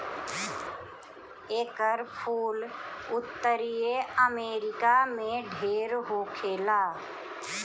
एकर फूल उत्तरी अमेरिका में ढेर होखेला